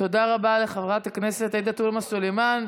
תודה רבה לחברת הכנסת עאידה תומא סלימאן.